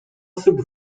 osób